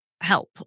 help